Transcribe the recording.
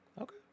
Okay